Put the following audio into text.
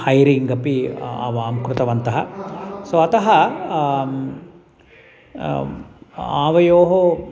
hiring अपि आवां कृतवन्तः सो अतः आवयोः